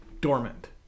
dormant